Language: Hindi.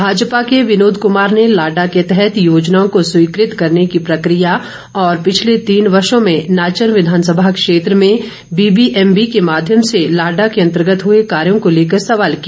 भाजपा के विनोद कुमार ने लाडा के तहत योजनाओं को स्वीकृत करने की प्रक्रिया और पिछले तीन वर्षों में नाचन विधानसभा क्षेत्र में बीबीएमबी के माध्यम से लाडा के अंतर्गत हुए कार्यों को लेकर सवाल किया